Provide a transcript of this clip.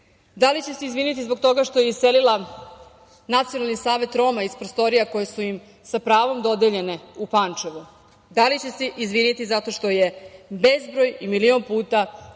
li će se izviniti zbog toga što je iselila Nacionalni savet Roma iz prostorija koje su im sa pravom dodeljene u Pančevu? Da li će se izviniti zato što je bezbroj i milion puta slagala